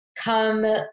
come